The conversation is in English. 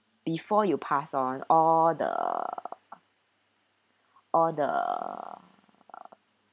before you pass on all the all the